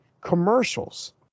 commercials